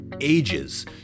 ages